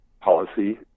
policy